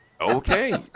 Okay